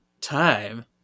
time